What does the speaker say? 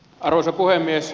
arvoisa puhemies